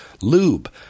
lube